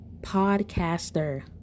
podcaster